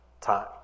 time